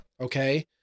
Okay